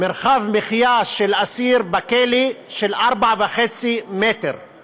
מרחב מחיה של 4.5 מטרים לאסיר בכלא.